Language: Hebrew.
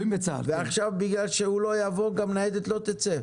ועכשיו בגלל שהוא לא יבוא גם ניידת לא תצא.